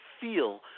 feel